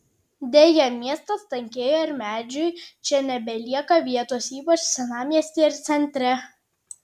deja miestas tankėja ir medžiui čia nebelieka vietos ypač senamiestyje ir centre